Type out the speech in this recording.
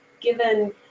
given